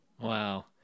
Wow